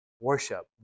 Worship